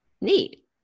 Neat